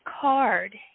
card